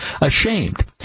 ashamed